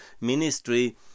ministry